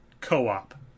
co-op